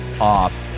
off